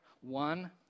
one